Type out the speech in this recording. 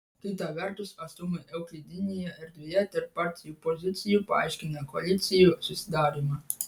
kita vertus atstumai euklidinėje erdvėje tarp partijų pozicijų paaiškina koalicijų susidarymą